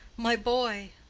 my boy!